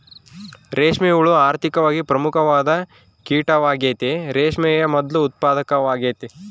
ರೇಷ್ಮೆ ಹುಳ ಆರ್ಥಿಕವಾಗಿ ಪ್ರಮುಖವಾದ ಕೀಟವಾಗೆತೆ, ರೇಷ್ಮೆಯ ಮೊದ್ಲು ಉತ್ಪಾದಕವಾಗೆತೆ